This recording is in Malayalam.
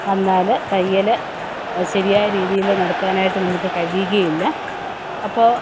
വന്നാൽ തയ്യൽ ശരിയായ രീതിയിൽ നടത്താനായിട്ട് നമുക്ക് കഴിയുകയില്ല അപ്പോൾ